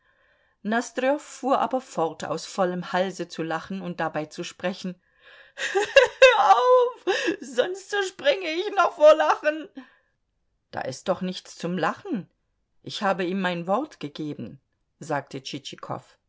nosdrjow fuhr aber fort aus vollem halse zu lachen und dabei zu sprechen hör auf sonst zerspringe ich noch vor lachen da ist doch nichts zum lachen ich habe ihm mein wort gegeben sagte